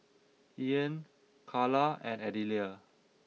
Ean Kayla and Adelia